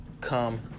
come